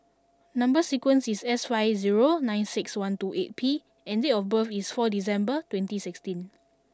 number sequence is S five zero nine six one two eight P and date of birth is four December twenty sixteen